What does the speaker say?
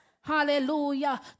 Hallelujah